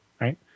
right